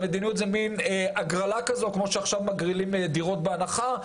המדיניות זה מין הגרלה כזו כמו שעכשיו מגרילים דירות בהנחה?